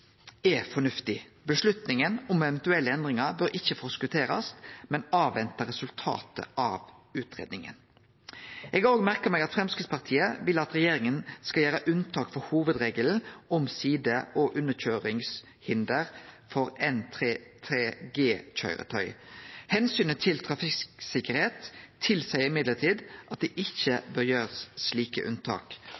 er fornuftig. Avgjerda om eventuelle endringar bør ikkje forskoterast, men avvente resultatet av utgreiinga. Eg har òg merka meg at Framstegspartiet vil at regjeringa skal gjere unntak frå hovudregelen om side- og underkøyringshinder for N3G-køyretøy. Omsynet til trafikksikkerheit tilseier at det ikkje